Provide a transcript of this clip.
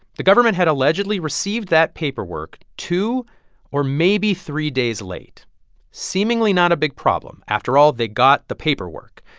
the government had allegedly received that paperwork two or maybe three days late seemingly not a big problem, after all, they got the paperwork,